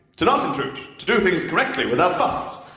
to not intrude. to do things correctly, without fuss.